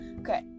okay